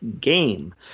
game